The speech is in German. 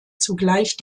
zugleich